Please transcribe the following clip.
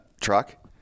truck